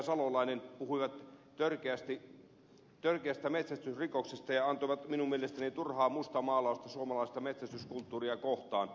salolainen puhuivat törkeästä metsästysrikoksesta ja antoivat minun mielestäni turhaa mustamaalausta suomalaista metsästyskulttuuria kohtaan